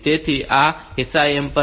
તેથી આ SIM પર આવશે